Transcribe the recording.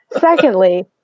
Secondly